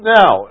now